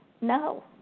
No